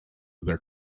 their